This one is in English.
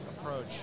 approach